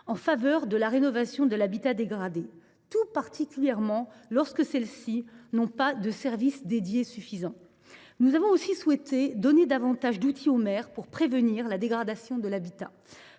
en faveur de la rénovation de l’habitat dégradé, tout particulièrement lorsque celles ci n’ont pas de services dédiés suffisants. Nous avons aussi souhaité donner davantage d’outils aux maires pour prévenir la dégradation de l’habitat.